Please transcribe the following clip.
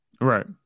Right